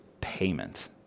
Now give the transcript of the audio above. Payment